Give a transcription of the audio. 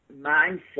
mindset